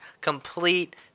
complete